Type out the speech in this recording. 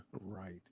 Right